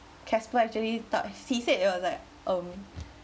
gasper actually thought she said it was like um